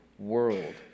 world